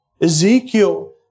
Ezekiel